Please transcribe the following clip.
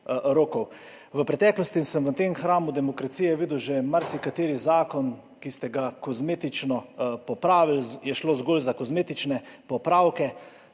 V preteklosti sem v tem hramu demokracije videl že marsikateri zakon, ki ste ga kozmetično popravili, šlo je zgolj za kozmetične popravke.